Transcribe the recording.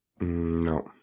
No